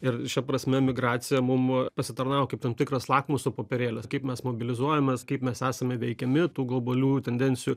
ir šia prasme migracija mum pasitarnavo kaip tam tikras lakmuso popierėlis kaip mes mobilizuojamės kaip mes esame veikiami tų globalių tendencijų